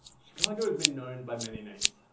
chicago has been known by many names,